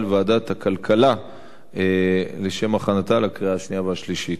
לוועדת הכלכלה לשם הכנתה לקריאה השנייה והשלישית.